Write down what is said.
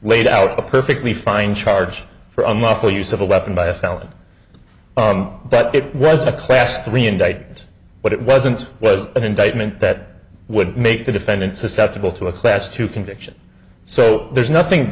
laid out a perfectly fine charge for unlawful use of a weapon by a felon but it was a class three indictment but it wasn't was an indictment that would make the defendant susceptible to a class to conviction so there's nothing